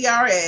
CRA